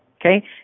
Okay